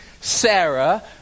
Sarah